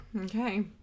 Okay